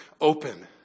open